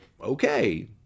okay